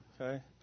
Okay